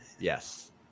Yes